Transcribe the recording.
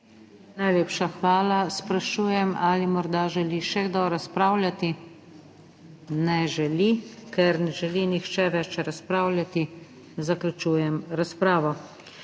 Najlepša hvala. Sprašujem, ali morda želi še kdo razpravljati. Ne želi. Ker ne želi nihče več razpravljati, zaključujem razpravo.